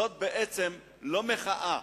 זאת בעצם לא מחאה.